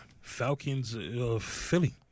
Falcons-Philly